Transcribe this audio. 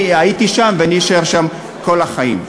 אני הייתי שם ואני אשאר שם כל החיים.